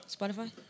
Spotify